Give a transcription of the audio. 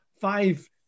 five